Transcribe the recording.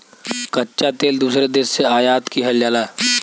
कच्चा तेल दूसरे देश से आयात किहल जाला